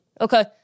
Okay